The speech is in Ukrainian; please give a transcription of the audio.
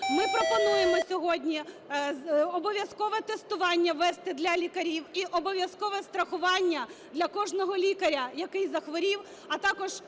Ми пропонуємо сьогодні обов'язкове тестування ввести для лікарів і обов'язкове страхування для кожного лікаря, який захворів, а також